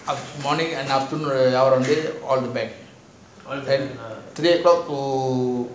morning and afternoon already all bank talk to